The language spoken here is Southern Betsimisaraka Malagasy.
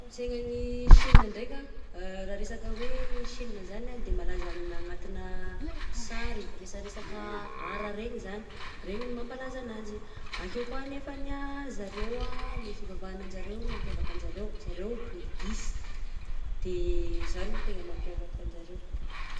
Kolonsaina any Chine ndraika raha resaka hoe Chine zany ah de malaza amigna anatigna sary resaresaka art regny zagny, regny ny mampalaza an'azy, akeo koa anefany ah zareo ah le fivavahana anjareo no mampiavaka anjareo, zareo boudhiste, de zany ny tegna mampiavaka anjareo.